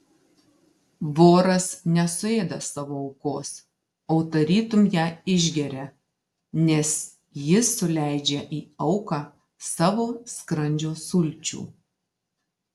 voras nesuėda savo aukos o tarytum ją išgeria nes jis suleidžia į auką savo skrandžio sulčių